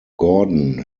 gordon